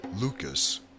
Lucas